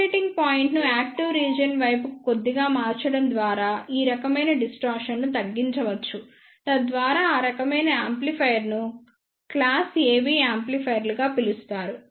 operating పాయింట్ను active region వైపుకు కొద్దిగా మార్చడం ద్వారా ఈ రకమైన డిస్టార్షన్ ను తగ్గించవచ్చు తద్వారా ఆ రకమైన యాంప్లిఫైయర్ను క్లాస్ AB యాంప్లిఫైయర్లుగా పిలుస్తారు